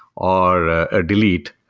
or a delete.